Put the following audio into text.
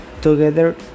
together